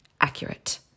accurate